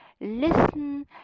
Listen